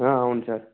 అవును సార్